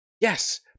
Yes